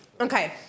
Okay